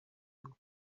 bwo